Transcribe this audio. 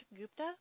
Gupta